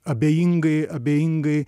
abejingai abejingai